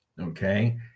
Okay